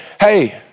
hey